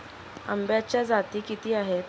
आंब्याच्या जाती किती आहेत?